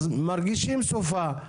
אז מרגישים סופה.